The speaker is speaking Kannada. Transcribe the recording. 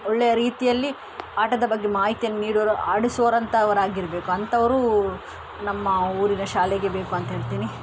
ಒಳ್ಳೆಯ ರೀತಿಯಲ್ಲಿ ಆಟದ ಬಗ್ಗೆ ಮಾಹಿತಿಯನ್ನ ನೀಡೋರು ಆಡಿಸುವವರಂಥವರಾಗಿರ್ಬೇಕು ಅಂಥವರು ನಮ್ಮ ಊರಿನ ಶಾಲೆಗೆ ಬೇಕು ಅಂತ ಹೇಳ್ತೀನಿ